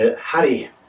Harry